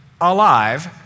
alive